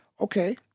Okay